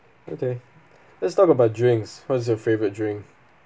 okay let's talk about drinks what's your favourite drink